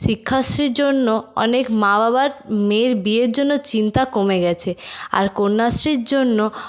শিক্ষাশ্রীর জন্য অনেক মা বাবার মেয়ের বিয়ের জন্য চিন্তা কমে গেছে আর কন্যাশ্রীর জন্য